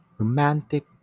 Romantic